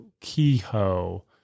Kehoe